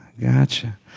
gotcha